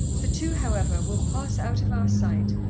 the two, however, will pass out of our sight,